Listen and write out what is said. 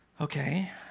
Okay